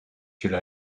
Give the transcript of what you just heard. should